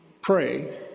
pray